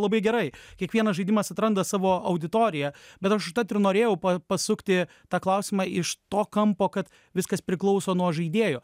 labai gerai kiekvienas žaidimas atranda savo auditoriją bet aš užtat ir norėjau pasukti tą klausimą iš to kampo kad viskas priklauso nuo žaidėjo